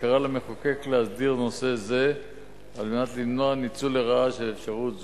וקרא למחוקק להסדיר נושא זה כדי למנוע ניצול לרעה של אפשרות זו.